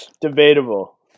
Debatable